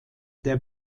der